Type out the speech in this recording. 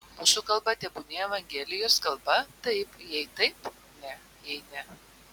mūsų kalba tebūnie evangelijos kalba taip jei taip ne jei ne